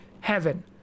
heaven